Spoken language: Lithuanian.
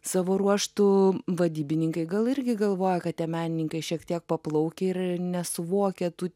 savo ruožtu vadybininkai gal irgi galvoja kad tie menininkai šiek tiek paplaukę ir nesuvokia tų